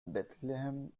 bethlehem